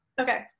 Okay